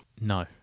No